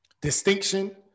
Distinction